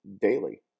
daily